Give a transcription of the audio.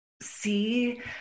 see